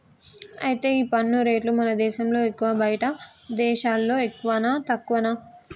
అయితే ఈ పన్ను రేట్లు మన దేశంలో ఎక్కువా బయటి దేశాల్లో ఎక్కువనా తక్కువనా